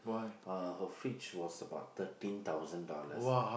uh her fridge was about thirteen thousand dollars